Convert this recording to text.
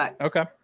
Okay